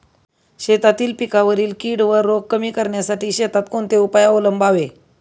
शेतातील पिकांवरील कीड व रोग कमी करण्यासाठी शेतात कोणते उपाय अवलंबावे?